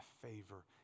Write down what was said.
favor